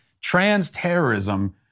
trans-terrorism